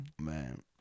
Man